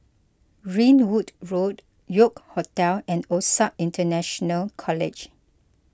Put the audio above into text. Ringwood Road York Hotel and Osac International College